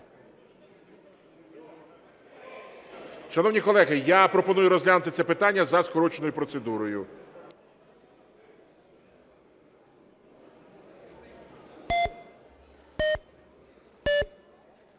Шановні колеги, я пропоную розглянути це питання за скороченою процедурою.